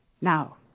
Now